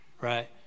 right